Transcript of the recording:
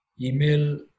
Email